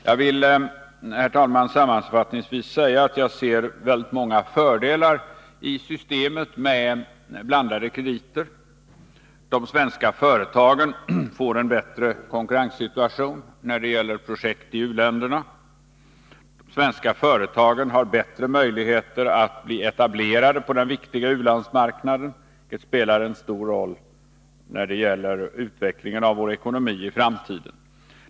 Herr talman! Jag vill sammanfattningsvis säga att jag ser många fördelar i systemet med blandade krediter. De svenska företagen får en bättre konkurrenssituation när det gäller projekt i u-länderna. De svenska företagen har bättre möjligheter att bli etablerade på den viktiga ulandsmarknaden, vilket spelar en stor roll när det gäller utvecklingen av vår egen ekonomi i framtiden.